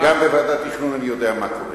וגם בוועדת תכנון אני יודע מה קורה.